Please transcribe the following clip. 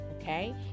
Okay